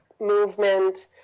movement